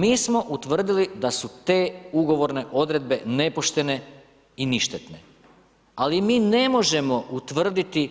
Mi smo utvrdili da su te ugovorne odredbe nepoštene i ništetne, ali mi ne možemo utvrditi